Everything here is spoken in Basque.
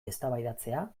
eztabaidatzea